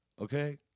okay